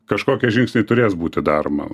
kaškokie žingsniai turės būti daroma